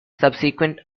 subsequent